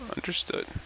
understood